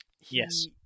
yes